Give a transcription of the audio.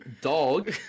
dog